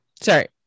Sorry